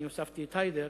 הוספתי את היידר,